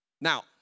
Now